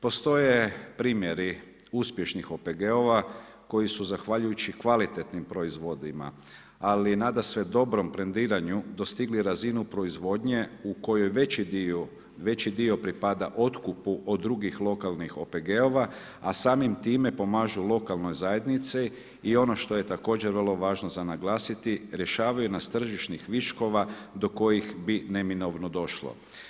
Postoji primjeri uspješnih OPG-ova koji su zahvaljujući kvalitetnim proizvodima, ali nadasve dobrom brendiranju dostigli razinu proizvodnje u kojoj veći dio pripada otkupu od drugih lokalni OPG-ova, a samim time pomažu lokalnoj zajednici i ono što je također vrlo važno za naglasiti, rješavaju nas tržišnih viškova do kojih bi neminovno došlo.